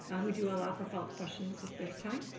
um we do allow for follow-up questions if there's time,